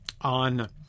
on